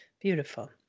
Beautiful